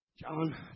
John